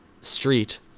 street